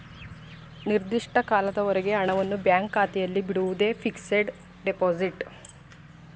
ನಿರ್ದಿಷ್ಟ ಕಾಲದವರೆಗೆ ಹಣವನ್ನು ಬ್ಯಾಂಕ್ ಖಾತೆಯಲ್ಲಿ ಬಿಡುವುದೇ ಫಿಕ್ಸಡ್ ಡೆಪೋಸಿಟ್